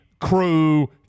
crew